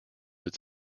its